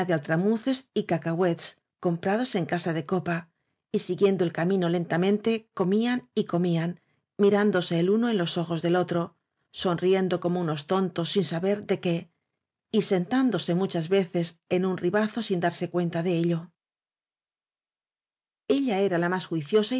y cacahuets comprados en casa de copa y siguien do el camino lentamente comían y comían mirándose el uno en los ojos del otro sonrien do como unos tontos sin saber de qué y sentándose muchas veces en un ribazo sin darse cuenta de ello ella la más era juiciosa